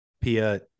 Pia